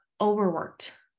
overworked